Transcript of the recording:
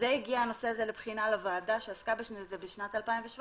כשהנושא הזה הגיע לבחינה בוועדה שעסקה בזה בשנת 2017,